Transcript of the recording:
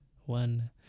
one